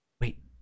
wait